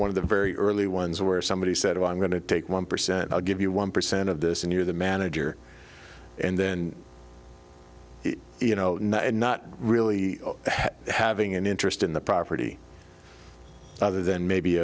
one of the very early ones where somebody said i'm going to take one percent i'll give you one percent of this and you're the manager and then you know not really having an interest in the property other than maybe